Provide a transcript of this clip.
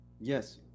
yes